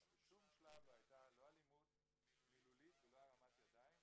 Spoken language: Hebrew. אבל בשום שלב לא הייתה לא אלימות מילולית ולא הרמת ידיים,